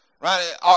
Right